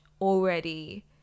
already